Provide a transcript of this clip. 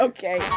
Okay